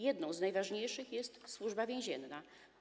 Jedną z najważniejszych jest Służba Więzienna.